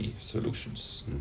solutions